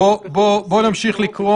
סודיות17.